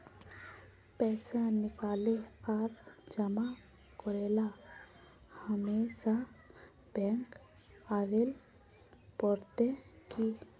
पैसा निकाले आर जमा करेला हमेशा बैंक आबेल पड़ते की?